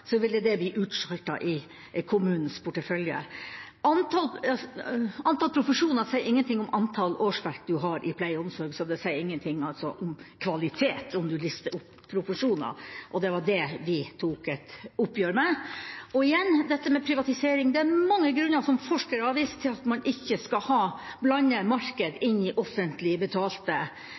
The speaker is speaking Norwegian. så ville det bli sjaltet ut i kommunens portefølje. Antall profesjoner sier ingenting om antall årsverk en har innen pleie og omsorg, så det sier altså ingenting om kvalitet om en lister opp profesjoner, og det var det vi tok et oppgjør med. Igjen dette med privatisering: Det er mange grunner til, som forskere har vist til, at man ikke skal blande marked inn i offentlig betalte